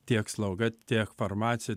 tiek slauga tiek farmacija